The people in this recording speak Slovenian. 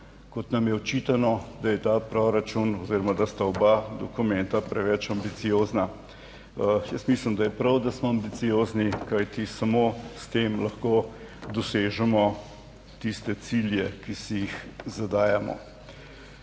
kot nam je očitano, da je ta proračun oziroma da sta oba dokumenta preveč ambiciozna. Jaz mislim, da je prav, da smo ambiciozni, kajti samo s tem lahko dosežemo tiste cilje, ki si jih zadajamo.